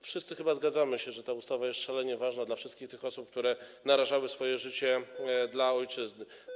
Wszyscy chyba zgadzamy się, że ta ustawa jest szalenie ważna dla wszystkich tych osób, które narażały swoje życie dla ojczyzny.